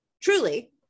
truly